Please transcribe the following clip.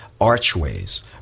archways